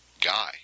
guy